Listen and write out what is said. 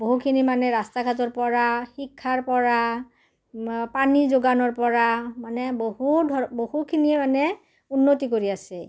বহুখিনি মানে ৰাস্তা ঘাটৰ পৰা শিক্ষাৰ পৰা পানী যোগানৰ পৰা মানে বহু ধৰ বহুখিনি মানে উন্নতি কৰি আছে